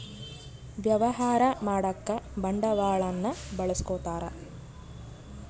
ವ್ಯವಹಾರ ಮಾಡಕ ಬಂಡವಾಳನ್ನ ಬಳಸ್ಕೊತಾರ